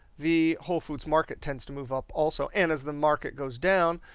the whole foods market tends to move up also. and as the market goes down,